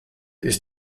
ist